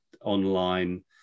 online